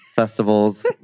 festivals